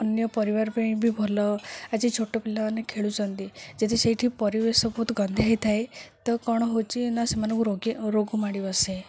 ଅନ୍ୟ ପରିବାର ପାଇଁ ବି ଭଲ ଆଜି ଛୋଟ ପିଲାମାନେ ଖେଳୁଛନ୍ତି ଯଦି ସେଇଠି ପରିବେଶ ବହୁତ ଗନ୍ଧିଆ ହେଇଥାଏ ତ କ'ଣ ହେଉଛି ନା ସେମାନଙ୍କୁ ରୋଗୀ ରୋଗ ମାଡ଼ିବସେ